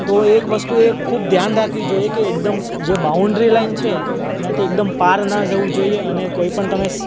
તો એક વસ્તુ એ ખૂબ ધ્યાન રાખવી જોઈએ કે એકદમ જે બાઉન્ડ્રી લાઈન છે એનાથી એકદમ પાર ના જવું જોઈએ અને કોઈ પણ તમે